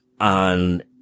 on